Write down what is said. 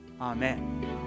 amen